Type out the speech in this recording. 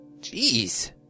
Jeez